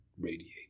radiate